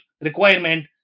requirement